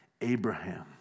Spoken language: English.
Abraham